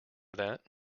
that